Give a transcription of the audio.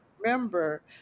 remember